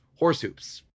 horsehoops